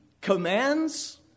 commands